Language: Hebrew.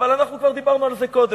אבל אנחנו כבר דיברנו על זה קודם.